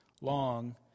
long